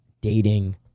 dating